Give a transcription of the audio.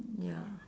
ya